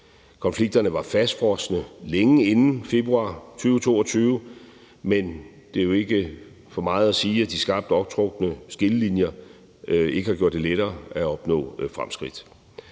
Konflikterne var fastfrosne længe inden februar 2022, men det er jo ikke for meget at sige, at de skarpt optrukne skillelinjer ikke har gjort det lettere at opnå fremskridt.